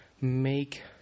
make